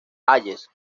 hayes